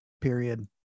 period